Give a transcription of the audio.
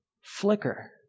flicker